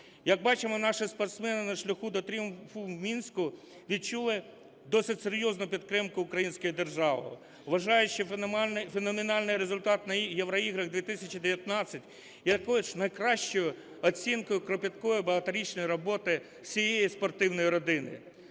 Як бачимо, наші спортсмени на шляху до тріумфу в Мінську відчули досить серйозну підтримку української держави. Вважаю, що феноменальний результат на Євроіграх-2019 є також найкращою оцінкою кропіткої багаторічної роботи всієї спортивної родини.